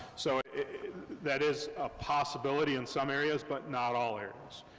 so that is a possibility in some areas, but not all areas,